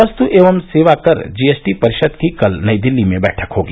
वस्तु एवं सेवा कर जीएसटी परिषद की कल नई दिल्ली में बैठक होगी